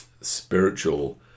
spiritual